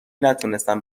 نتونستن